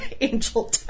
angel